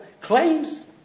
claims